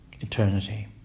eternity